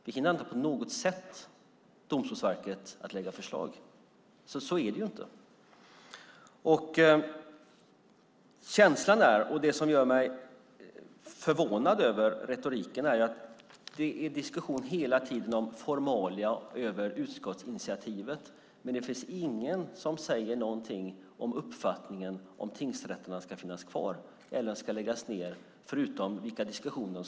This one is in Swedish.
Det hindrar inte på något sätt Domstolsverket från att lägga fram förslag. Så är det inte. Det som gör mig förvånad över retoriken är att det hela tiden är en diskussion om formalia i fråga om utskottsinitiativet, men det finns ingen som säger något om uppfattningen att tingsrätterna ska finnas kvar eller om de ska läggas ned - förutom tidigare diskussioner.